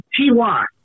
T-Y